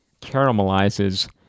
caramelizes